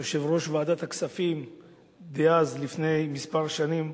יושב-ראש ועדת הכספים דאז, לפני כמה שנים,